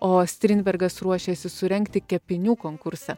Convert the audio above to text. o strindbergas ruošėsi surengti kepinių konkursą